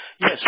Yes